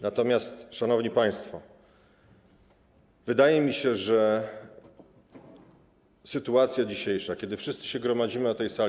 Natomiast, szanowni państwo, wydaje mi się, że sytuacja dzisiejsza, kiedy wszyscy się gromadzimy na tej sali.